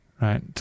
right